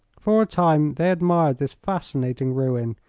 for a time they admired this fascinating ruin,